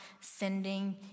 sending